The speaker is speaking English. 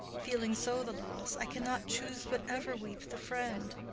feeling so the loss, i cannot choose but ever weep the friend.